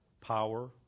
power